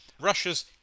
Russia's